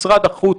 משרד החוץ,